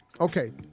Okay